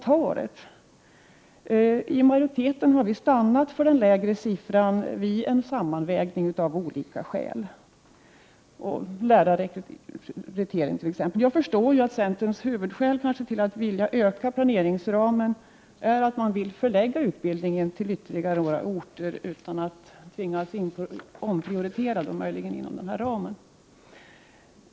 Vi i majoriteten har stannat för den lägre siffran vid en sammanvägning av flera faktorer, t.ex. lärarrekrytering. Jag förstår att centerns huvudskäl till att vilja öka planeringsramen är att man vill förlägga utbildningen till ytterligare några orter utan att tvingas omprioritera inom ramen.